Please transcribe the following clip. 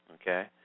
Okay